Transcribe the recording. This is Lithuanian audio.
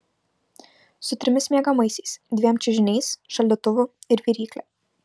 su trimis miegamaisiais dviem čiužiniais šaldytuvu ir virykle